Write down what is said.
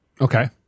Okay